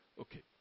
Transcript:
Okay